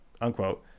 unquote